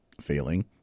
failing